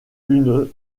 une